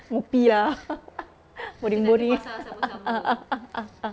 menyepi ah merindui